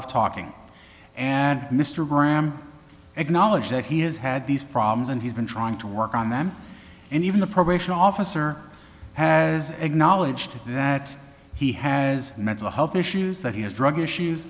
of talking and mr graham acknowledged that he has had these problems and he's been trying to work on them and even the probation officer has acknowledged that he has mental health issues that he has drug issues